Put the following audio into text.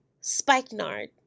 Spikenard